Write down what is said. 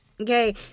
Okay